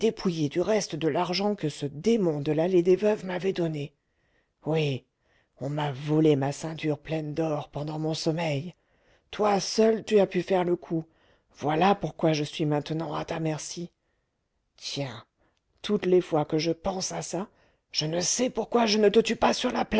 dépouillé du reste de l'argent que ce démon de l'allée des veuves m'avait donné oui on m'a volé ma ceinture pleine d'or pendant mon sommeil toi seule tu as pu faire le coup voilà pourquoi je suis maintenant à ta merci tiens toutes les fois que je pense à ça je ne sais pourquoi je ne te tue pas sur la